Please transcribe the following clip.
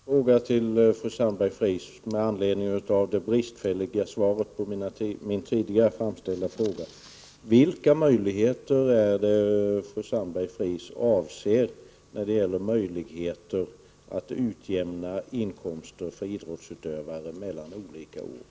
Herr talman! Får jag ställa följande fråga till fru Sandberg-Fries med anledning av det bristfälliga svaret på min tidigare framställda fråga: Vilka möjligheter är det som fru Sandberg-Fries avser när hon talar om möjligheter att utjämna inkomster för idrottsutövare mellan olika år?